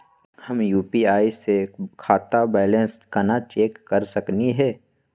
हम यू.पी.आई स खाता बैलेंस कना चेक कर सकनी हे?